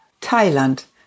Thailand